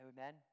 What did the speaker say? Amen